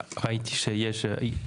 סליחה, נשמח שהוא יסיים את ההצגה.